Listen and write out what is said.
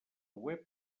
web